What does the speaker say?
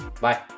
Bye